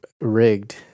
Rigged